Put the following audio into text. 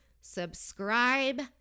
subscribe